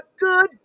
good